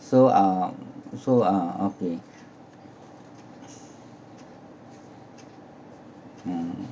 so um so uh okay mm